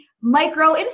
micro